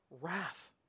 wrath